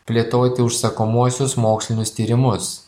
plėtoti užsakomuosius mokslinius tyrimus